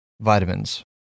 vitamins